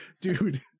Dude